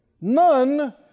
None